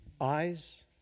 eyes